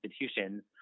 institutions